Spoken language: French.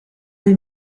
des